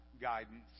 guidance